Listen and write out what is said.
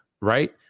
right